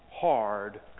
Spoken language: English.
hard